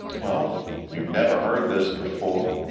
well, if you've never heard this before,